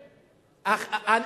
לשבחים.